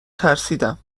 ترسیدم